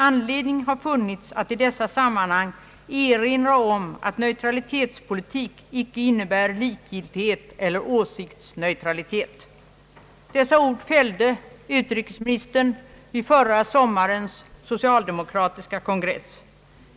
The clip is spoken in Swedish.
Anledning har funnits att i detta sammanhang erinra om att neutralitetspolitik icke innebär likgiltighet eller åsiktsneutralitet.» Dessa ord fällde utrikesministern inför förra sommarens socialdemokratiska kongress.